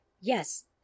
yes